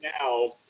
now